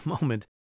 moment